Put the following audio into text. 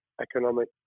economic